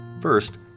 First